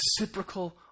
reciprocal